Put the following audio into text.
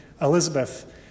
Elizabeth